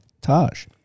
Taj